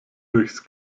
durchs